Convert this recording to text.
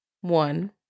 one